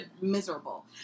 miserable